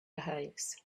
behaves